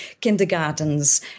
kindergartens